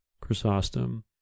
Chrysostom